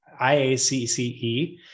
IACCE